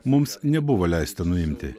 mums nebuvo leista nuimti